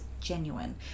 genuine